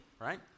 right